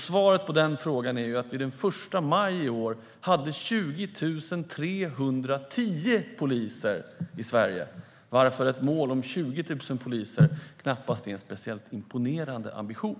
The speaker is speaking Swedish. Svaret på den frågan är att vi den 1 maj i år hade 20 310 poliser i Sverige, varför ett mål om 20 000 poliser knappast är en speciellt imponerande ambition.